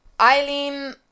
Eileen